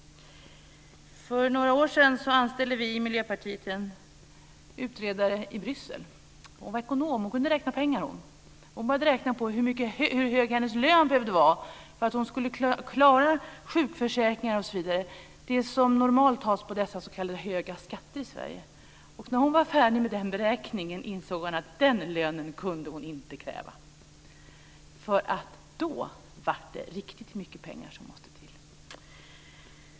För några år sedan anställde vi i Miljöpartiet en utredare i Bryssel. Hon var ekonom och kunde räkna pengar. Hon började räkna på hur hög hennes lön behövde vara för att hon skulle klara sjukförsäkringar osv., det som normalt tas via de s.k. höga skatterna i Sverige. När hon var färdig med sin beräkning insåg hon att den lönen kunde hon inte kräva, för då blev det riktigt mycket pengar som måste till.